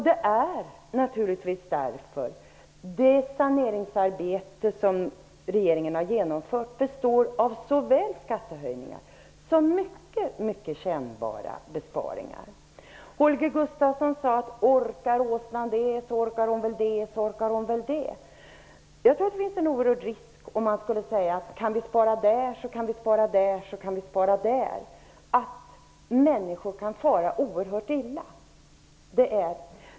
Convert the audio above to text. Det är naturligtvis därför som det saneringsarbete som regeringen har genomfört består av såväl skattehöjningar som mycket kännbara besparingar. Holger Gustafsson sade att orkar åsnan det så orkar den väl det. Jag tror att det finns en stor risk att människor kan fara oerhört illa om vi skulle säga att kan vi spara där så kan vi spara där.